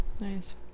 Nice